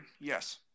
Yes